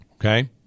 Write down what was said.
Okay